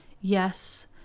Yes